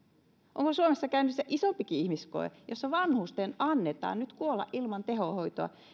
onko suomessa käynnissä isompikin ihmiskoe jossa vanhusten annetaan nyt kuolla ilman tehohoitoa